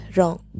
Wrong